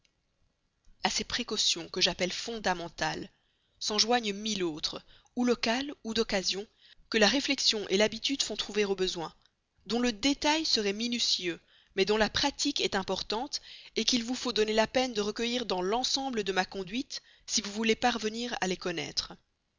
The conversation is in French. a ces précautions que j'appelle fondamentales s'en joignent mille autres ou locales ou d'occasion que la réflexion l'habitude font trouver au besoin dont le détail serait minutieux mais dont la pratique est importante qu'il faut vous donner la peine de recueillir dans l'ensemble de ma conduite si vous voulez parvenir à les connaître